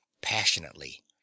passionately